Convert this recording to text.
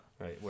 Right